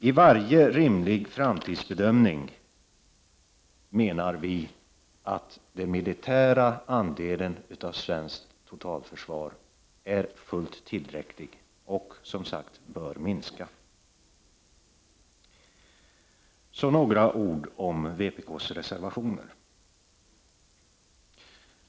I varje rimlig framtidsbedömning är den militära andelen av svenskt totalförsvar fullt tillräcklig och bör minska. Så vill jag säga några ord om vpk-s reservationer.